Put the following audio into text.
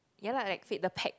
ya lah like filler pack